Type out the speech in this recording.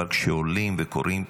אבל כשעולים ועושים פלסתר,